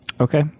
Okay